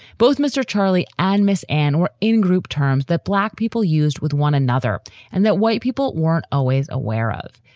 both mr. charlie and mishan and were in group terms that black people used with one another and that white people weren't always aware of.